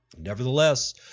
Nevertheless